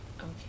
Okay